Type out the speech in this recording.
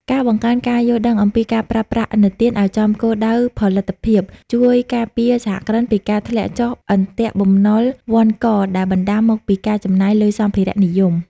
ការបង្កើនការយល់ដឹងអំពីការប្រើប្រាស់ឥណទានឱ្យចំគោលដៅផលិតភាព ជួយការពារសហគ្រិនពីការធ្លាក់ក្នុងអន្ទាក់បំណុលវណ្ឌកដែលបណ្ដាលមកពីការចំណាយលើសម្ភារៈនិយម។